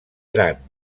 gran